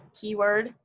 keyword